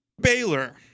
Baylor